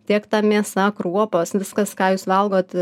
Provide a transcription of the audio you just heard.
tiek ta mėsa kruopos viskas ką jūs valgot